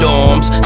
Dorms